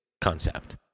concept